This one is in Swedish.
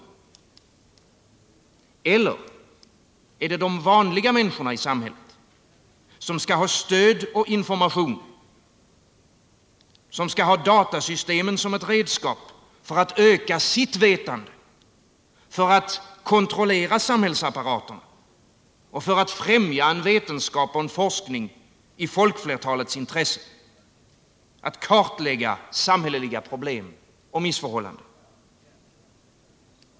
Eller är det de vanliga människorna i samhället som skall ha stöd och information, som skall ha datasystemen som ett redskap för att öka sitt vetande, för att kontrollera samhällsapparaten och för att främja en vetenskap och en forskning i folkflertalets intresse, för att kartlägga samhälleliga problem och missförhållanden?